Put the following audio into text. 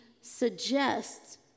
suggests